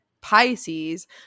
Pisces